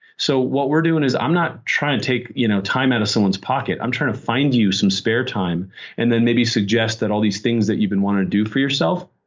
so what we're doing is, i'm not trying to take you know time out of someone's pocket. i'm trying to find you some spare time and then maybe suggest that all these things that you've been wanting to do for yourself,